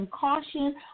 caution